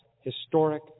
historic